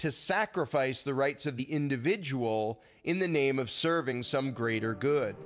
to sacrifice the rights of the individual in the name of serving some greater good